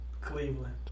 Cleveland